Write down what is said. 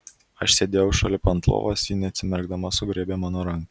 aš sėdėjau šalip ant lovos ji neatsimerkdama sugraibė mano ranką